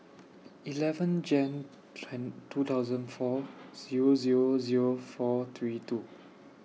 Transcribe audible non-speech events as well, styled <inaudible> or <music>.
eleven Jan <unintelligible> two thousand four Zero Zero Zero four three two